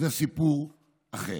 זה סיפור אחר.